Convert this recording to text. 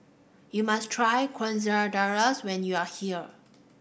you must try Quesadillas when you are here